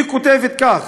היא כותבת כך: